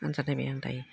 आनजाद नायबाय आं दायो